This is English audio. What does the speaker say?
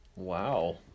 wow